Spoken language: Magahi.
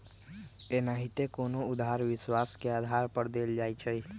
एनाहिते कोनो उधार विश्वास के आधार पर देल जाइ छइ